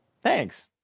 Thanks